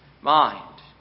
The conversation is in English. mind